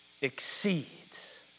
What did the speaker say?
exceeds